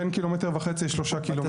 בין 1.5 ק"מ ל-3 ק"מ.